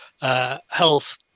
health